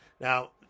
Now